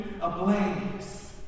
ablaze